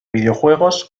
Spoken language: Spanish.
videojuegos